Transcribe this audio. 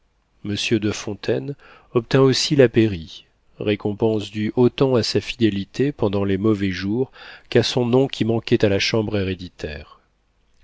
monsieur de fontaine obtint aussi la pairie récompense due autant à sa fidélité pendant les mauvais jours qu'à son nom qui manquait à la chambre héréditaire